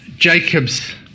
Jacob's